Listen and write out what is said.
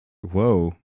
whoa